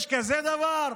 יש כזה דבר?